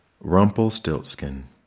Rumpelstiltskin